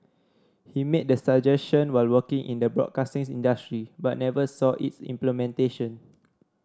he made the suggestion while working in the broadcasting industry but never saw its implementation